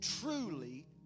truly